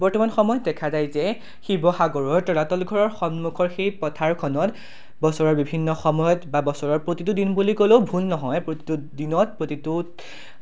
বৰ্তমান সময়ত দেখা যায় যে শিৱসাগৰৰ তলাতল ঘৰৰ সন্মুখৰ সেই পথাৰখনত বছৰৰ বিভিন্ন সময়ত বা বছৰৰ প্ৰতিটো দিন বুলি ক'লেও ভুল নহয় প্ৰতিটো দিনত প্ৰতিটো